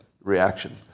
reaction